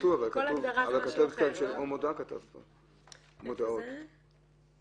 הגודל של השלט קובע אם זה שלט או מודעה?